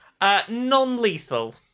Non-lethal